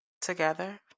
together